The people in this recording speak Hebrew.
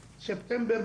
ספטמבר,